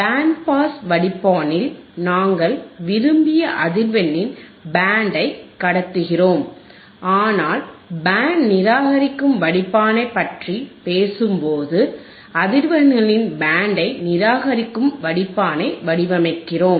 pant pass வடிப்பானில் நாங்கள் விரும்பிய அதிர்வெண்ணின் பேண்டை கடத்துகிறோம் ஆனால் பேண்ட் நிராகரிக்கும் வடிப்பானைப் பற்றி பேசும்போது அதிர்வெண்களின் பேண்டை நிராகரிக்கும் வடிப்பானை வடிவமைக்கிறோம்